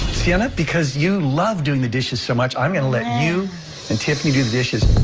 sienna, because you love doing the dishes so much i'm gonna let you and tiffany do the dishes.